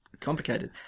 Complicated